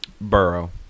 Burrow